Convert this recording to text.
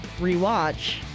rewatch